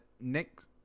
Next